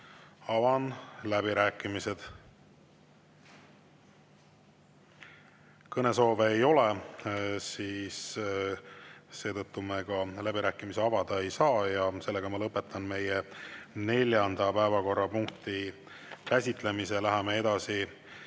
avan läbirääkimised. Kõnesoove ei ole, seetõttu me läbirääkimisi avada ei saa. Ma lõpetan meie neljanda päevakorrapunkti käsitlemise. Läheme edasi